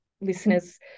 listeners